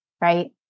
right